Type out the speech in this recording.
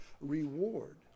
reward